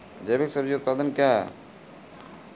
जैविक सब्जी उत्पादन क्या हैं?